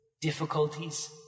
difficulties